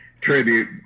tribute